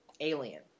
Alien